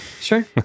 sure